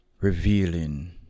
revealing